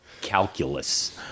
calculus